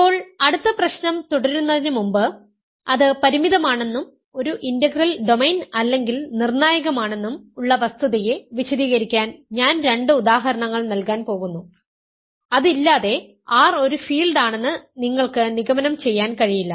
ഇപ്പോൾ അടുത്ത പ്രശ്നം തുടരുന്നതിനുമുമ്പ് അത് പരിമിതമാണെന്നും ഒരു ഇന്റഗ്രൽ ഡൊമെയ്ൻ അല്ലെങ്കിൽ നിർണായകമാണെന്നും ഉള്ള വസ്തുതയെ വിശദീകരിക്കാൻ ഞാൻ രണ്ട് ഉദാഹരണങ്ങൾ നൽകാൻ പോകുന്നു അതില്ലാതെ R ഒരു ഫീൽഡ് ആണെന്ന് നിങ്ങൾക്ക് നിഗമനം ചെയ്യാൻ കഴിയില്ല